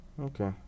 Okay